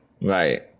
Right